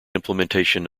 implementation